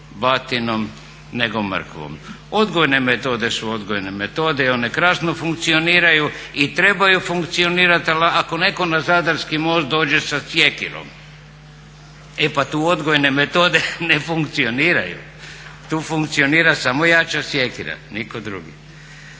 batinom nego mrkvom. Odgojne metode su odgojne metode i one krasno funkcioniraju i trebaju funkcionirati, ali ako netko na zadarski most dođe sa sjekirom e pa tu odgojne metode ne funkcioniraju. Tu funkcionira samo jača sjekira, nitko drugi.